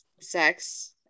sex